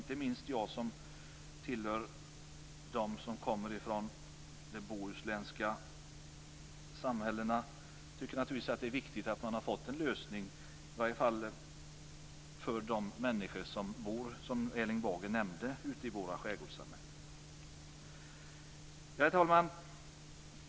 Inte minst jag som tillhör dem som kommer från bohusländska samhällen tycker att det är viktigt att ha fått en lösning, i varje fall för, som Erling Bager nämnde, dem som bor ute i våra skärgårdssamhällen. Herr talman!